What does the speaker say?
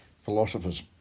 philosophers